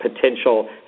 potential